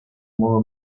modo